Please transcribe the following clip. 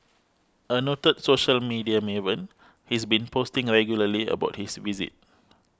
a noted social media maven he's been posting regularly about his visit